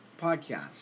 podcast